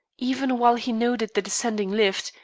even while he noted the descending lift,